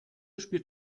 spielt